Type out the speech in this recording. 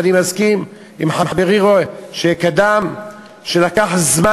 ואני מסכים עם חברי שקדם לי שלקח זמן